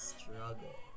Struggle